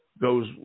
goes